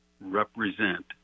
represent